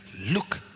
look